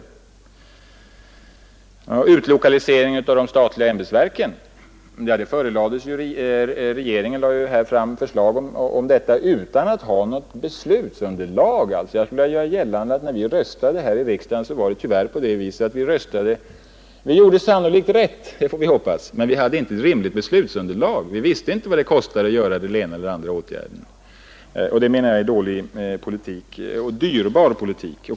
Beträffande utlokaliseringen av de statliga ämbetsverken lade regeringen fram förslag utan att ha något beslutsunderlag. Riksdagen hade inte ett rimligt beslutsunderlag när den röstade. Vi gjorde sannolikt rätt — får vi hoppas — men vi visste inte vad det kostade att vidtaga den ena eller andra åtgärden. Det är en dålig och dyrbar politik.